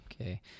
Okay